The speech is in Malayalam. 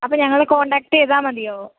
അപ്പോൾ ഞങ്ങൾ കോണ്ടാക്ട് ചെയ്താൽ മതിയോ